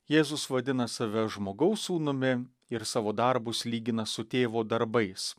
jėzus vadina save žmogaus sūnumi ir savo darbus lygina su tėvo darbais